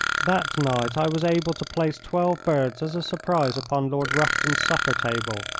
that night i was able to place twelve birds as a surprise upon lord rufton's supper-table,